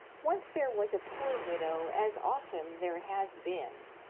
once there was a poor widow, as often there has been,